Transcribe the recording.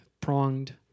pronged